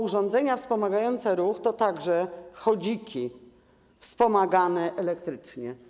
Urządzenia wspomagające ruch to także chodziki wspomagane elektrycznie.